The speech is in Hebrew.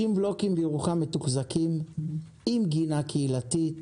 60 בלוקים בירוחם במתוחזקים עם גינה קהילתית,